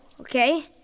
Okay